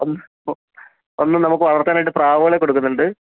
ഒന്ന് ഒന്ന് നമുക്ക് വളർത്താനായിട്ട് പ്രാവുകളെ കൊടുക്കുന്നുണ്ട്